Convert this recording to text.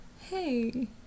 Hey